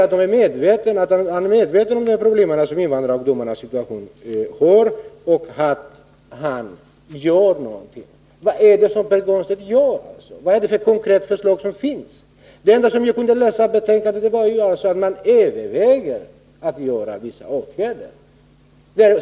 Han säger att han är medveten om de problem som invandrarungdomarnas situation innebär och att han vill göra något. Vad är det han gör? Vad är det för konkreta förslag som finns? Det enda jag kan läsa ut ur betänkandet är att man överväger att genomföra vissa åtgärder.